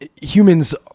humans